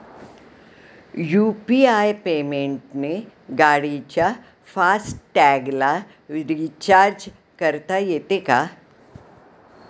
UPI पेमेंटने गाडीच्या fast टॅगला रिर्चाज करता येते का?